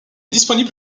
disponible